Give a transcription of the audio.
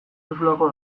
duzulako